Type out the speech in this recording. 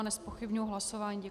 Nezpochybňuji hlasování.